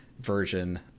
version